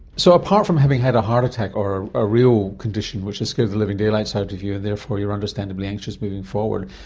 so apart from having had a heart attack or a real condition which has scared the living daylights out of you and therefore you're understandably anxious moving forward,